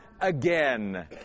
again